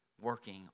working